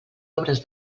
obres